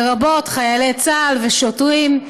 לרבות חיילי צה"ל ושוטרים,